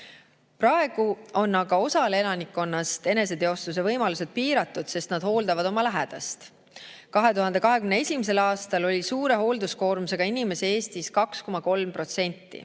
Praegu on aga osal elanikkonnast eneseteostuse võimalused piiratud, sest nad hooldavad oma lähedast. 2021. aastal oli suure hoolduskoormusega inimesi Eestis 2,3%.